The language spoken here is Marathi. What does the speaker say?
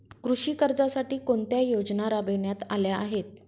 कृषी कर्जासाठी कोणत्या योजना राबविण्यात आल्या आहेत?